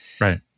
Right